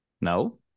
No